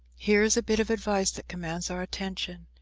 here is a bit of advice that commands our attention.